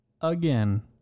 again